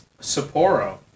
Sapporo